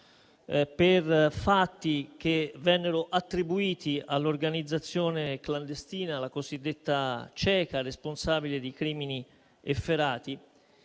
per fatti che vennero attribuiti all'organizzazione clandestina, la cosiddetta Ceka, responsabile di crimini efferati.